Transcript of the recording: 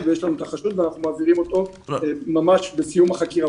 ממש בסיום החקירה,